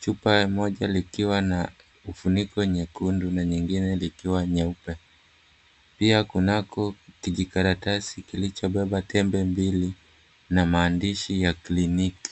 chupa ya moja likiwa na ufuniko nyekundu na nyingine likiwa nyeupe, pia kunako kijikaratasi kilichobeba tembe mbili na maandishi ya kliniki.